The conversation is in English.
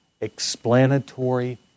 explanatory